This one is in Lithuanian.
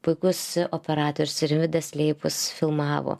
puikus operatorius rimvydas leipus filmavo